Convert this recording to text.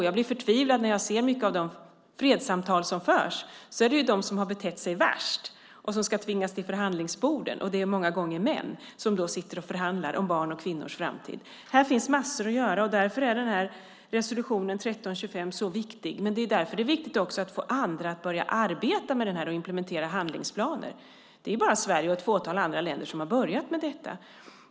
Jag blir förtvivlad när jag ser många av de fredssamtal som förs. Det är de som har betett sig värst som ska tvingas till förhandlingsborden. Det är många gånger män som sitter och förhandlar om barns och kvinnors framtid. Här finns massor att göra. Därför är resolution 1325 så viktig. Det är också viktigt att få andra att börja arbeta med den och genomföra handlingsplaner. Det är bara Sverige och ett fåtal andra länder som har börjat med detta.